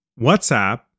WhatsApp